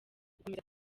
gukomeza